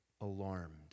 alarmed